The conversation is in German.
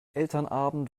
elternabend